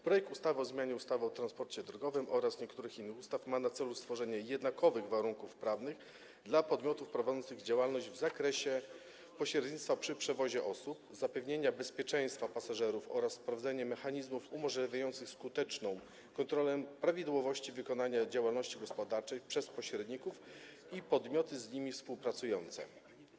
Projekt ustawy o zmianie ustawy o transporcie drogowym oraz niektórych innych ustaw ma na celu stworzenie jednakowych warunków prawnych dla podmiotów prowadzących działalność w zakresie pośrednictwa przy przewozie osób, zapewnienie bezpieczeństwa pasażerów oraz wprowadzenie mechanizmów umożliwiających skuteczną kontrolę prawidłowości wykonania działalności gospodarczej przez pośredników i podmioty z nimi współpracujące.